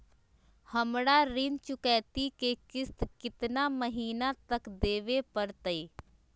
हमरा ऋण चुकौती के किस्त कितना महीना तक देवे पड़तई?